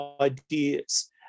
ideas